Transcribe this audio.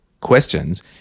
questions